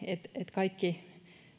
kaikki